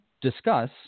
discuss